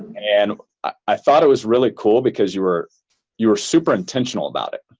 and i thought it was really cool because you were you were super intentional about it.